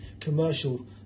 commercial